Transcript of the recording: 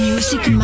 Music